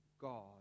God